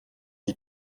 die